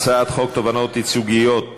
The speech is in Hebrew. הצעת חוק תובענות ייצוגיות (תיקון,